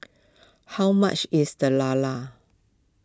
how much is the Lala